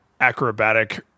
acrobatic